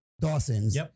Dawson's